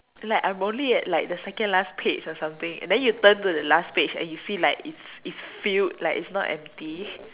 like I'm only at like the second last page or something and then you turn to the last page and you see like it's it's filled like it's not empty